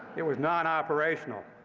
it was non-operational.